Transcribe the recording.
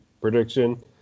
prediction